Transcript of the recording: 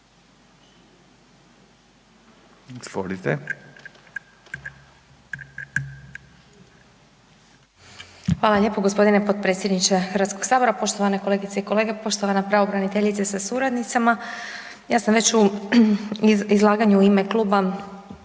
Hvala lijepa g. potpredsjedniče HS-a, poštovane kolegice i kolege, poštovana pravobraniteljice sa suradnicama. Ja sam već u izlaganju u ime kluba